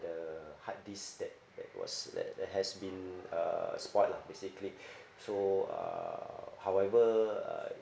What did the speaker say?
the hard disk that that was that that has been a spoilt lah basically so uh however uh